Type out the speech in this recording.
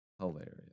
Hilarious